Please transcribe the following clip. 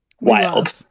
wild